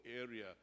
area